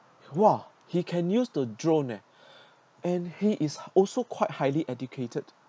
!wah! he can use the drone eh and he is also quite highly educated